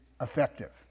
effective